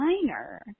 designer